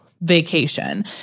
vacation